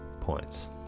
points